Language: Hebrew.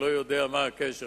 אני לא יודע מה הקשר.